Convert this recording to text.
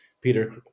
Peter